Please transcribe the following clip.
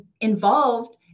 involved